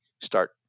start